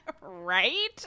Right